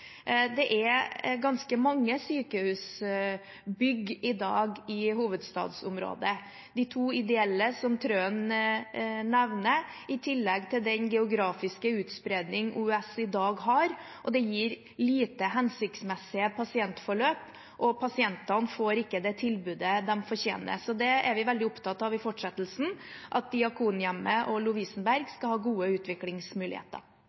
Det er i dag ganske mange sykehusbygg i hovedstadsområdet. Det er de to ideelle, som Trøen nevner, og i tillegg til den geografiske utspredning OUS i dag har, gir det lite hensiktsmessige pasientforløp, og pasientene får ikke det tilbudet de fortjener. Vi er veldig opptatt av i fortsettelsen at Diakonhjemmet og Lovisenberg